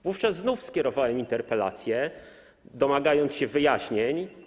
Wówczas znów skierowałem interpelację, domagając się wyjaśnień.